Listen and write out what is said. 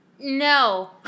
No